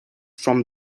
from